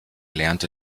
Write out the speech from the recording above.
lernte